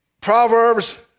Proverbs